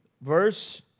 verse